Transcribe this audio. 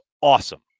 awesome